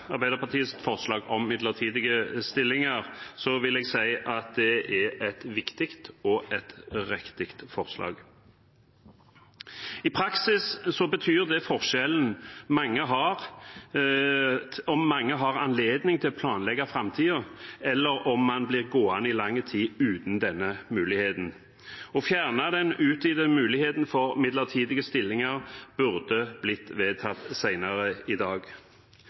Arbeiderpartiets representantforslag om midlertidige stillinger vil jeg si at det er et viktig og riktig forslag. I praksis betyr det forskjellen på om man har anledning til å planlegge framtiden, eller om man blir gående i lang tid uten denne muligheten. Å fjerne den utvidede muligheten for midlertidige stillinger burde blitt vedtatt senere i dag.